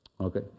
Okay